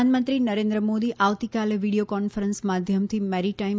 પ્રધાનમંત્રી નરેન્દ્ર મોદી આવતીકાલે video conference માધ્યમથી મેરીટાઈમ